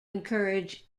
encourage